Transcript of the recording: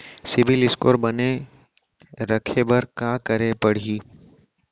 CIBIL score बने रखे बर का करे पड़ही?